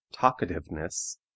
talkativeness